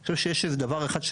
אני חושב שיש איזה דבר אחד,